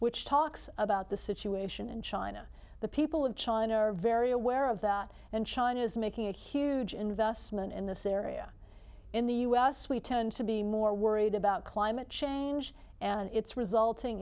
which talks about the situation in china the people of china are very aware of that and china is making a huge investment in this area in the u s we tend to be more worried about climate change and its resulting